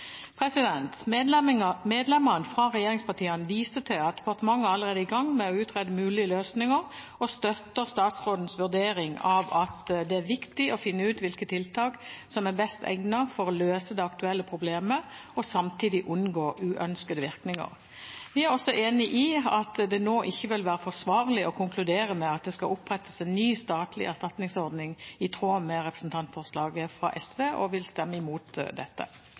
Medlemmene fra regjeringspartiene viser til at departementet allerede er i gang med å utrede mulige løsninger og støtter statsrådens vurdering av at det er viktig å finne ut hvilke tiltak som er best egnet for å løse det aktuelle problemet, og samtidig unngå uønskede virkninger. Vi er også enig i at det nå ikke vil være forsvarlig å konkludere med at det skal opprettes en ny statlig erstatningsordning i tråd med representantforslaget fra SV, og vil stemme imot dette.